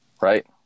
Right